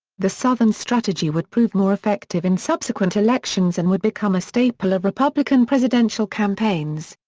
the southern strategy would prove more effective in subsequent elections and would become a staple of republican presidential campaigns.